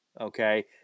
okay